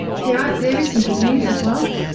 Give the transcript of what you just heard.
yeah there is some good news as well,